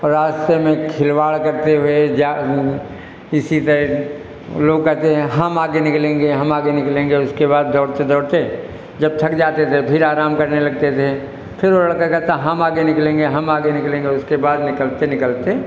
और रास्ते में खिलवाड़ करते हुए इसी तरह लोग कहते हैं हम आगे निकलेंगे हम आगे निकलेंगे उसके बाद दौड़ते दौड़ते जब थक जाते थे फिर आराम करने लगते थे फिर वो लड़का कहता हम आगे निकलेंगे हम आगे निकलेंगे उसके बाद निकलते निकलते